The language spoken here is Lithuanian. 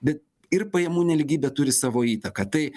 bet ir pajamų nelygybė turi savo įtaką tai